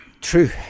True